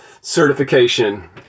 certification